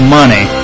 money